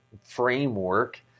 framework